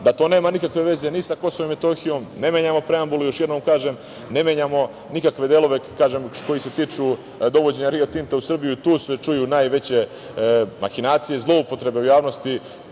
da to nema nikakve veze ni sa Kosovom i Metohijom. Ne menjamo preambulu, još jednom kažem. Ne menjamo nikakve delove koji se tiču dovođenja Rio Tinta u Srbiju. Tu se čuju najveće mahinacije i zloupotrebe u javnosti